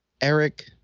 Eric –